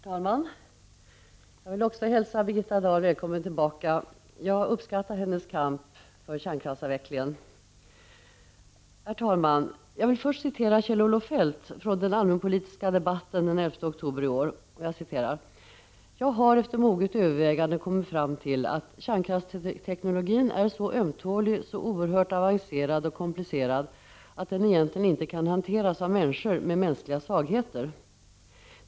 Herr talman! Också jag vill hälsa Birgitta Dahl välkommen tillbaka. Jag uppskattar hennes kamp för kärnkraftsavvecklingen. Herr talman! Jag vill först citera Kjell-Olof Feldt från den allmänpolitiska debatten den 11 oktober år: ”Jag har efter moget övervägande kommit fram till att kärnkraftsteknologin är så ömtålig, så erhört avancerad och komplicerad att den egentligen inte kan hanteras av människor med mänskliga svagheter.